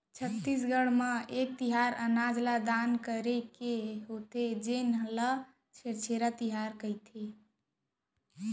छत्तीसगढ़ म एक तिहार अनाज ल दान करे के होथे जेन ल छेरछेरा तिहार कहिथे